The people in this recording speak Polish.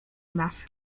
nas